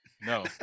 no